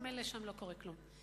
ממילא שם לא קורה כלום,